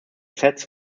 sets